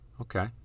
okay